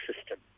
system